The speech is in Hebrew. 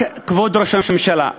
כבוד ראש הממשלה,